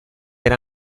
era